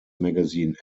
magazine